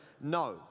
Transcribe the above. No